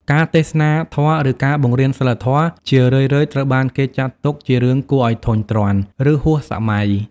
ការទេសនាធម៌ ឬការបង្រៀនសីលធម៌ ជារឿយៗត្រូវបានគេចាត់ទុកជារឿងគួរឲ្យធុញទ្រាន់ ឬហួសសម័យ។